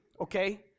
okay